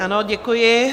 Ano, děkuji.